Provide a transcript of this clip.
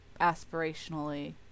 aspirationally